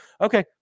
Okay